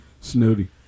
Snooty